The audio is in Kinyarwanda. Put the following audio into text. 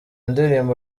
indirimbo